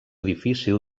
difícil